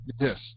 Yes